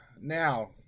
Now